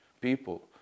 people